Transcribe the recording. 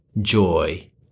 joy